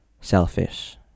selfish